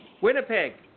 Winnipeg